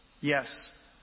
Yes